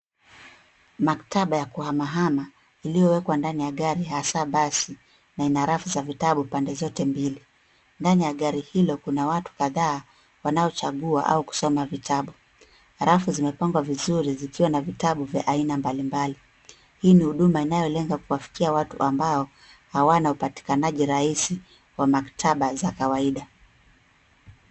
Maktaba ya kuhama hama iliyo wekwa ndani ya gari hasaa basi na ina rafu za vitabu pande zote mbili. Ndani ya gari hilo kuna watu kadhaa wanaochagua au kusoma vitabu. Rafu zimepangwa vizuri zikiwa na vitabu vya aina mbali mbali. Hii ni huduma inayo lenga kuwafikia watu ambao hawana upatikanaji rahisi wa maktaba za kawaida.